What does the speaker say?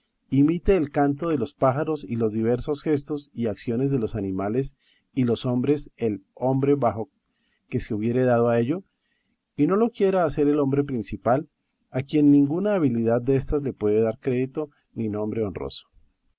imite el canto de los pájaros y los diversos gestos y acciones de los animales y los hombres el hombre bajo que se hubiere dado a ello y no lo quiera hacer el hombre principal a quien ninguna habilidad déstas le puede dar crédito ni nombre honroso